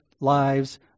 lives